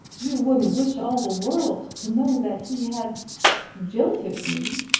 you wouldn't wish all the world to know that he had jilted me!